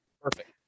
Perfect